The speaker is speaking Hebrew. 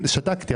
שתקתי.